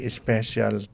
special